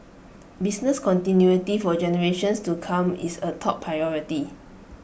business continuity for generations to come is A top priority